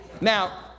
Now